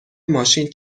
ماشین